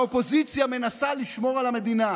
והאופוזיציה מנסה לייצר מהומה ובלגן.